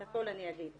את הכל אני אגיד.